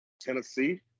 Tennessee